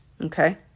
Okay